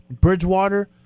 Bridgewater